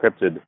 encrypted